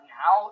now